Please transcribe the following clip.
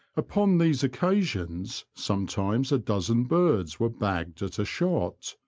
upon these occasions sometimes a dozen birds were bagged at a shot,